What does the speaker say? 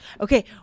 Okay